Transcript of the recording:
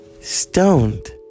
stoned